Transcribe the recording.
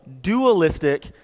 dualistic